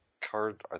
card